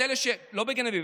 לא בגני אביב,